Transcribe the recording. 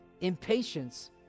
Impatience